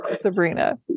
Sabrina